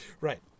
right